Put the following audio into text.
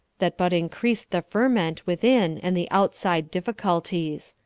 that but increased the ferment within and the outside difficulties.